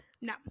No